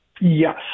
Yes